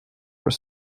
were